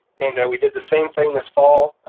and we did the same thing this fall,